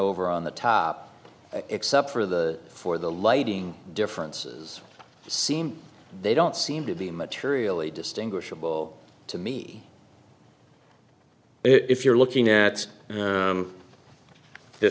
over on the top except for the for the lighting differences seem they don't seem to be materially distinguishable to me if you're looking at